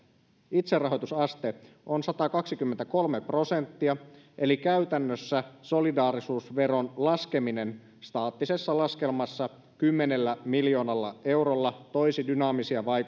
itserahoitusaste on satakaksikymmentäkolme prosenttia eli käytännössä solidaarisuusveron laskeminen staattisessa laskelmassa kymmenellä miljoonalla eurolla toisi dynaamisien